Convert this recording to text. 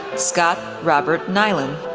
scott robert nealon,